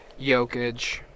Jokic